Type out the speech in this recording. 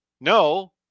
no